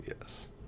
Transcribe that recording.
Yes